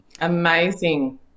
Amazing